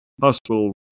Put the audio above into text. hospital